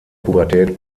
pubertät